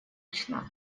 лично